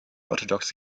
orthodoxe